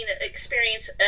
experience